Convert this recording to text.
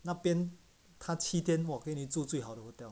那边他七天 !wah! 给你住最好的 hotel